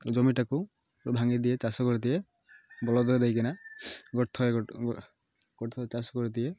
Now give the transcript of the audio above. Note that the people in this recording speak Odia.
ଜମିଟାକୁ ଭାଙ୍ଗିଦିଏ ଚାଷ କରିଦିଏ ବଳଦରେ ଦେଇକିନା ଗୋଟେଥର ଚାଷ କରିଦିଏ